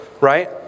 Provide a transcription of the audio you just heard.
right